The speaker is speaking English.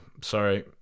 Sorry